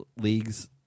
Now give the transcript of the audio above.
leagues